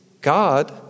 God